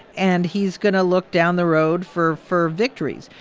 and he's going to look down the road for for victories.